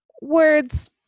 words